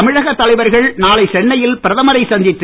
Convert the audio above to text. தமிழகத் தலைவர்கன் நாளை சென்னையில் பிரதமரை சந்தித்து